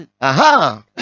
aha